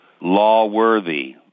law-worthy